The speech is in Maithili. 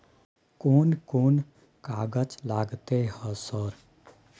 कोन कौन कागज लगतै है सर?